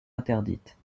interdite